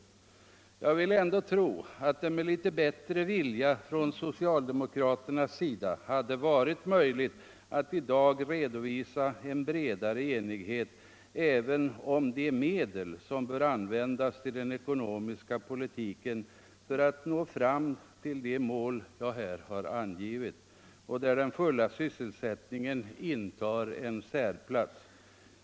Men jag vill ändå tro att det med litet bättre vilja från socialdemokraternas sida hade varit möjligt att i dag redovisa en bredare enighet även om de medel som bör användas i den ekonomiska politiken för att nå fram till de mål jag här har angivit — där den fulla sysselsättningen intar en särplats.